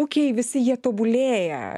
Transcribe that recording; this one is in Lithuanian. ūkiai visi jie tobulėja